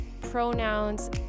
pronouns